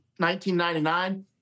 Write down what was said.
1999